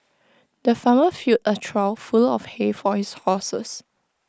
the farmer filled A trough full of hay for his horses